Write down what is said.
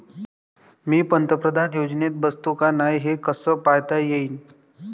मी पंतप्रधान योजनेत बसतो का नाय, हे कस पायता येईन?